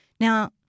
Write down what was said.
Now